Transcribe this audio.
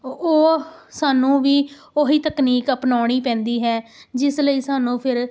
ਉ ਉਹ ਸਾਨੂੰ ਵੀ ਉਹ ਹੀ ਤਕਨੀਕ ਅਪਣਾਉਣੀ ਪੈਂਦੀ ਹੈ ਜਿਸ ਲਈ ਸਾਨੂੰ ਫਿਰ